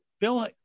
bill